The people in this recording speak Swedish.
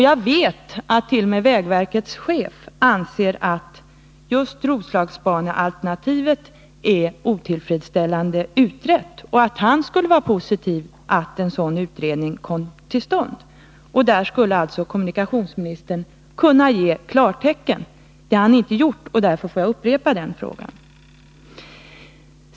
Jag vet att t.o.m. vägverkets chef anser att just Roslagsbanealternativet är otillfredsställande utrett och att han skulle vara positiv till att en sådan utredning kom till stånd. Där skulle alltså kommunikationsministern kunna ge klartecken. Det har han inte gjort, och därför får jag upprepa den frågan.